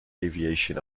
aviation